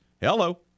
Hello